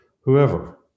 whoever